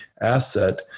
asset